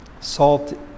Salt